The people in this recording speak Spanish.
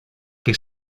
que